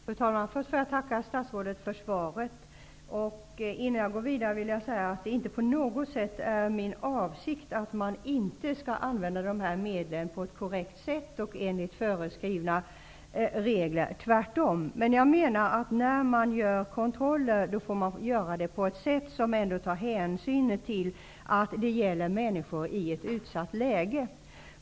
Fru talman! Först vill jag tacka statsrådet för svaret. Innan jag går vidare vill jag säga att det inte på något sätt är min avsikt att de här medlen inte skall användas på ett korrekt sätt och enligt föreskrivna regler, tvärtom. Men när man gör kontroller måste man göra det på ett sätt som tar hänsyn till att det gäller människor i ett utsatt läge.